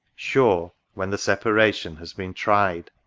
sure, when the separation has been tried.